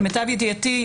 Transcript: למיטב ידיעתי,